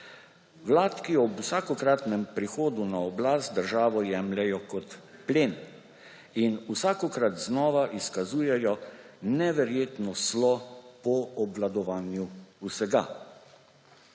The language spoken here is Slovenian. Vlad, ki ob vsakokratnem prihodu na oblast državo jemljejo kot plen in vsakokrat znova izkazujejo neverjetno slo po obvladovanju vsega.